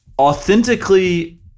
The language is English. authentically